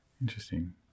interesting